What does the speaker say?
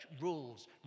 rules